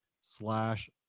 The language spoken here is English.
slash